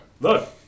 Look